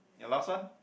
your last one